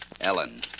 Ellen